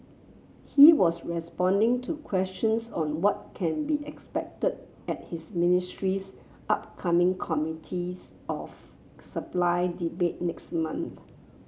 he was responding to questions on what can be expected at his ministry's upcoming Committee of Supply debate next month